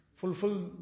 fulfill